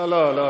לא, הכול בסדר.